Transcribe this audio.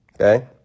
Okay